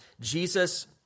Jesus